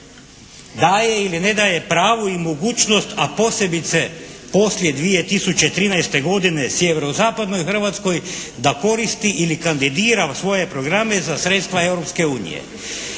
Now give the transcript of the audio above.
daje ili ne daje pravo i mogućnost, a posebice poslije 2013. godine sjeverozapadnoj Hrvatskoj da koristi ili kandidira svoje programe za sredstva